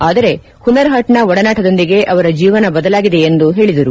ಆದರೆ ಹುನರ್ ಹಾಟ್ ನ ಒಡನಾಟದೊಂದಿಗೆ ಅವರ ಜೀವನ ಬದಲಾಗಿದೆ ಎಂದು ಹೇಳಿದರು